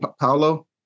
Paulo